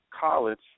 college